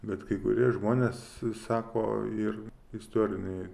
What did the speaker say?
bet kai kurie žmonės sako ir istorinėj